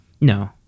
no